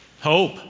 Hope